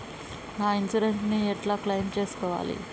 నా ఇన్సూరెన్స్ ని ఎట్ల క్లెయిమ్ చేస్కోవాలి?